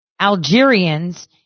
algerians